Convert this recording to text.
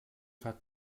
hat